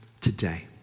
today